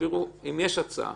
תסבירו אם יש הצעה.